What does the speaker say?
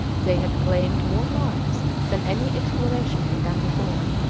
they had claimed more lives than any exploration had done before,